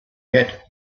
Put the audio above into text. yet